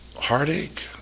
heartache